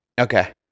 Okay